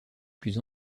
plus